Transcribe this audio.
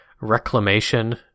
reclamation